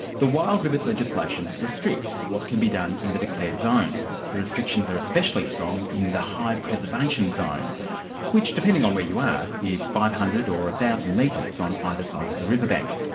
the wild rivers legislation restricts what can be done in the declared zone. the restrictions are especially strong in the high preservation zone which, depending on where you are, is five hundred or one thousand metres on either side of the river bank.